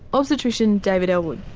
obstetrician david ellwood.